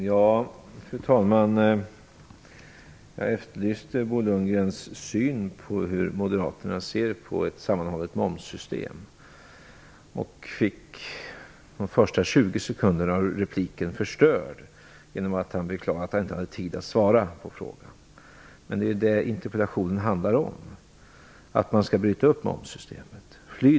Fru talman! Jag efterlyste Bo Lundgrens besked om hur Moderaterna ser på ett sammanhållet momssystem och fick de första 20 sekunderna av repliken förstörd av att han förklarade att han inte hade tid att svara på frågan. Men vad interpellationen handlar om är ju att man skall bryta upp momssystemet som interpellationen handlar om.